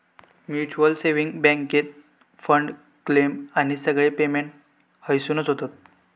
mutual saving बॅन्केत fund, claim आणि सगळे पेमेंट हयसूनच होतत